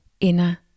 inner